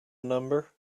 number